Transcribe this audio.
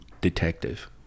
Detective